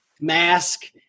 mask